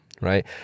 right